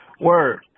Word